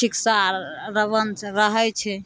rickshaw आओर रघुवंश रहै छै